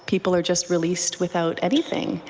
people are just released without anything.